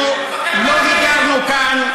מפחד, אנחנו לא היגרנו לכאן.